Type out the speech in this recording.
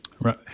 Right